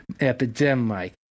Epidemic